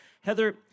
Heather